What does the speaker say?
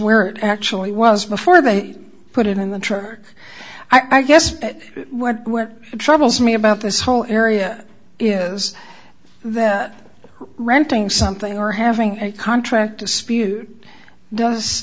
where it actually was before they put it in the truck i guess what troubles me about this whole area is that renting something or having a contract dispute does